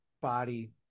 body